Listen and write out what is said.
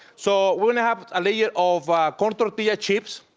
so we're going have a layer of corn tortilla chips.